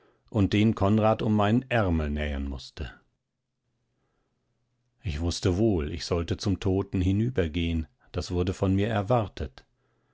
und den konrad um meinen ärmel nähen mußte ich wußte wohl ich sollte zum toten hinübergehen das wurde von mir erwartet